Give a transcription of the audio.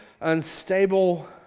unstable